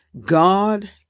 God